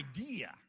idea